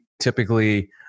typically